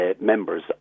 members